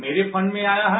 मेरे फंड में आया है